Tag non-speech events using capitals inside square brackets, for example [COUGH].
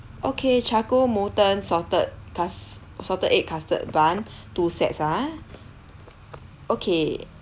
okay charcoal molten salted cus~ salted egg custard bun [BREATH] two sets ah okay